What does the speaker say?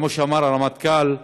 כמו שאמר הרמטכ"ל,